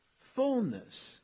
fullness